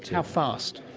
how fast?